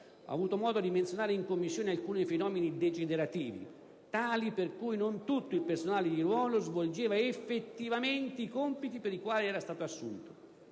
Ho avuto modo di menzionare in Commissione alcuni fenomeni degenerativi, tali per cui non tutto il personale di ruolo svolgeva effettivamente i compiti per i quali era stato assunto.